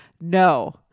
no